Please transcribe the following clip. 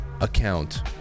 account